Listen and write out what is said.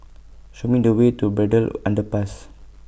Show Me The Way to Braddell Underpass